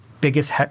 biggest